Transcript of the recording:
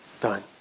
done